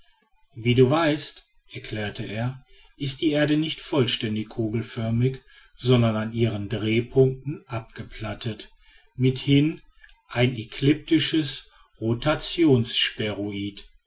wie du weißt erklärte er ist die erde nicht vollständig kugelförmig sondern an ihren drehpunkten abgeplattet mithin ein elliptisches rotationssphäroid